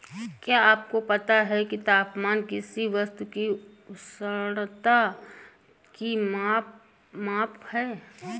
क्या आपको पता है तापमान किसी वस्तु की उष्णता की माप है?